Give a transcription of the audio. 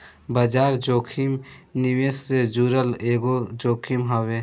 बाजार जोखिम निवेश से जुड़ल एगो जोखिम हवे